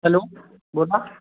hello बोला